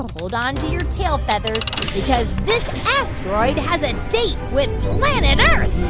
hold on to your tail feathers because this asteroid has a date with planet earth